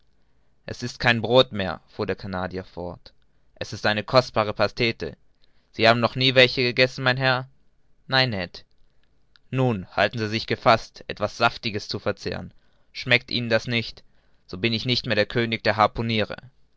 es ist kein brod mehr fuhr der canadier fort es ist eine kostbare pastete sie haben noch nie welche gegessen mein herr nein ned nun halten sie sich gefaßt etwas saftiges zu verzehren schmeckt ihnen das nicht so bin ich nicht mehr könig der harpuniere